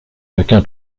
chacun